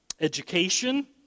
education